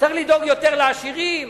צריך לדאוג יותר לעשירים,